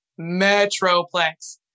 metroplex